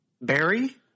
Barry